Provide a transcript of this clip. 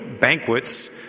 banquets